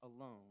alone